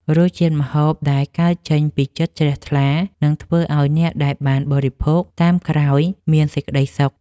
រសជាតិម្ហូបដែលកើតចេញពីចិត្តជ្រះថ្លានឹងធ្វើឱ្យអ្នកដែលបានបរិភោគតាមក្រោយមានសេចក្តីសុខ។